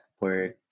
word